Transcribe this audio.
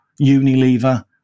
Unilever